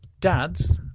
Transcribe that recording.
Dads